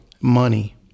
money